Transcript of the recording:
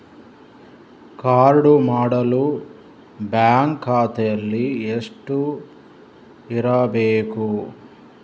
Card ಮಾಡಲು bank ಖಾತೆಯಲ್ಲಿ ಹಣ ಎಷ್ಟು ಇರಬೇಕು?